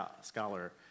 scholar